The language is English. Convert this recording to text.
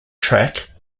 track